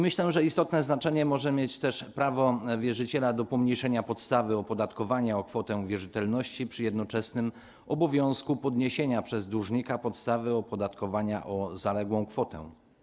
Myślę, że istotne znaczenie może mieć też prawo wierzyciela do pomniejszenia podstawy opodatkowania o kwotę wierzytelności przy jednoczesnym obowiązku podniesienia przez dłużnika podstawy opodatkowania o zaległą kwotę.